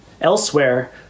Elsewhere